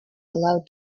allow